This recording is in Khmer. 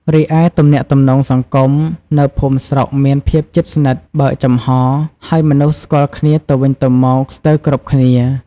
រីឯ ទំនាក់ទំនងសង្គម នៅភូមិស្រុកមានភាពជិតស្និទ្ធ បើកចំហរ ហើយមនុស្សស្គាល់គ្នាទៅវិញទៅមកស្ទើរគ្រប់គ្នា។